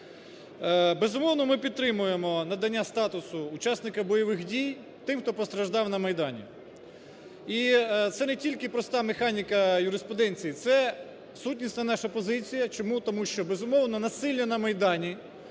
Безумовно, ми підтримуємо надання статусу учасника бойовий дій тим, хто постраждав на Майдані. І це не тільки проста механіка юриспруденції, це сутність та наша позиція. Чому? Тому що, безумовно, насилля на Майдані